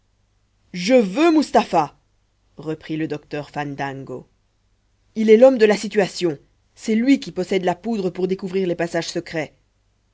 je veux mustapha reprit le docteur fandango il est l'homme de la situation c'est lui qui possède la poudre pour découvrir les passages secrets